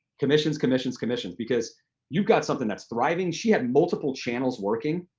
commissions, commissions, commissions, because you've got something that's thriving. she had multiple channels working.